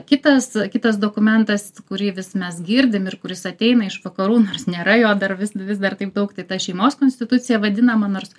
kitas kitas dokumentas kurį vis mes girdim ir kuris ateina iš vakarų nors nėra jo dar vis vis dar taip daug tai ta šeimos konstitucija vadinama nors